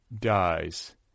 dies